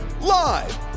Live